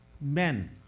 men